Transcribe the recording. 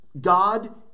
God